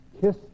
Kiss